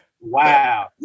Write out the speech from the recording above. Wow